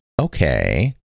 okay